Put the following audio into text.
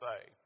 say